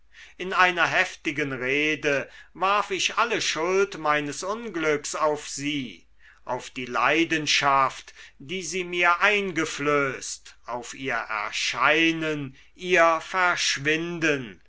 in einer heftigen rede warf ich alle schuld meines unglücks auf sie auf die leidenschaft die sie mir eingeflößt auf ihr erscheinen ihr verschwinden